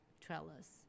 trellis